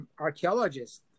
archaeologists